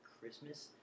Christmas